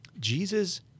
Jesus